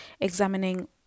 examining